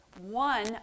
one